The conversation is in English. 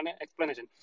explanation